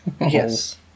Yes